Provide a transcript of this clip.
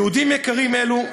יהודים יקרים אלו,